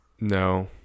No